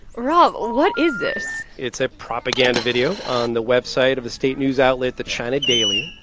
rob, what is this? it's a propaganda video on the website of the state news outlet the china daily.